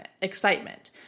excitement